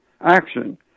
action